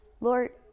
Lord